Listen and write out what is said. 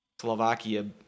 Slovakia